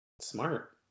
Smart